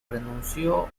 renunció